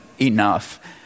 enough